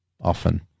often